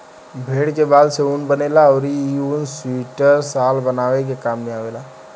भेड़ के बाल से ऊन बनेला अउरी इ ऊन सुइटर, शाल बनावे के काम में आवेला